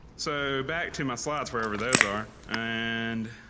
so back to my slides, wherever those are. and